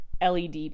led